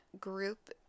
group